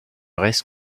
reste